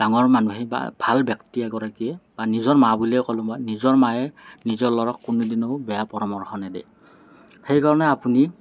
ডাঙৰ মানুহে বা ভাল ব্যক্তি এগৰাকীয়ে বা নিজৰ মা বুলিয়ে ক'লো মই নিজৰ মায়ে নিজৰ ল'ৰাক কোনোদিনেও বেয়া পৰামৰ্শ নিদিয়ে সেইকাৰণে আপুনি